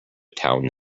town